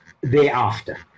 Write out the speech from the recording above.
thereafter